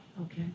Okay